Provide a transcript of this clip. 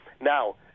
Now